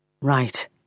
Right